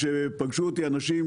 כשפגשו אותי אנשים,